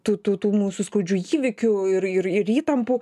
tų tų tų mūsų skaudžių įvykių ir ir ir įtampų